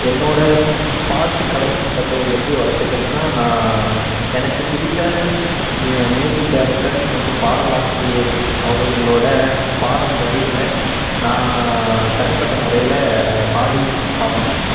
என்னோடய பாட்டு கலைநுட்பத்தை எப்படி வளர்த்துக்கிறதுனா நான் எனக்கு பிடித்த மியூ மியூசிக் டைரக்ட்டர் மற்றும் பாடல் ஆசிரியர் அவர்களோட பாடல் வரிகளை நான் தனிப்பட்ட முறையில் பாடி பார்ப்பேன்